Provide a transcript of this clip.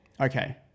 okay